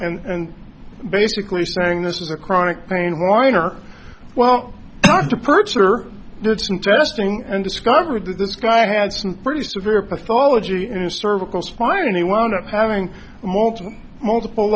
e and basically saying this is a chronic pain whiner well the purchaser did some testing and discovered that this guy had some pretty severe pathology in his cervical spine and he wound up having multiple multiple